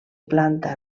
planta